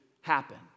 happen